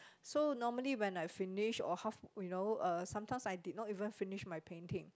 so normally when I finish or half you know uh sometimes I did not even finish my painting